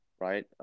right